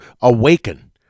awaken